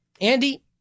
Andy